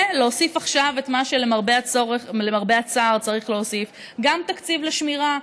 ולהוסיף עכשיו את מה שלמרבה הצער צריך להוסיף: גם תקציב לשמירה.